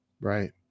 Right